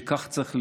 שכך צריך להיות.